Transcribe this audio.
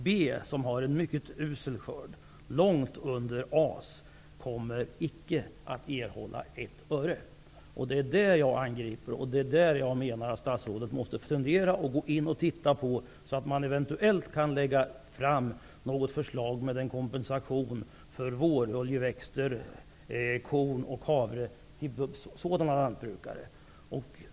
B, som har en mycket usel skörd, långt under A:s, kommer icke att erhålla ett öre. Det är det som jag angriper. Det är det som jag tycker att statsrådet måste fundera över och titta på, så att man eventuellt kan lägga fram något förslag om en kompensation för våroljeväxter, korn och havre till sådana lantbrukare.